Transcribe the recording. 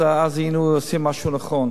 אז היינו עושים משהו נכון.